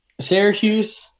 Syracuse